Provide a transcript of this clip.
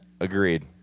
Agreed